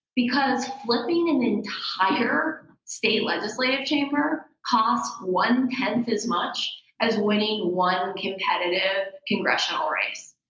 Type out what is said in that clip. because flipping an entire state legislative chamber costs one tenth as much as winning one competitive congressional race.